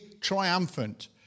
triumphant